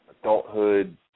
adulthood